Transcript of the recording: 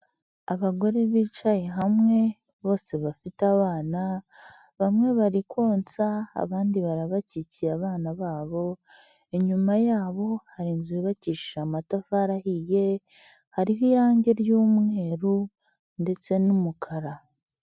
Abagore bicaye hamwe bose bafite abana, bamwe bari konsa abandi barabakikiye abana babo, inyuma yabo hari inzu yubakishije amatafari ahiye, hariho irangi ry'umweru ndetse n'umukara.